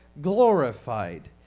glorified